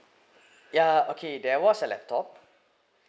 ya okay there was a laptop